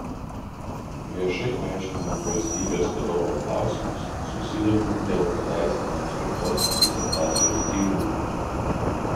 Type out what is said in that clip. viešai aiškinant valstybės vadovo klausimus susidomiu dėl kadaise tam skirtos disertacijos tyrimų